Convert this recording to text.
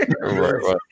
right